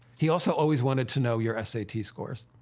he also always wanted to know your s a t. scores.